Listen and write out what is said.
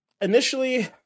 initially